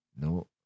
no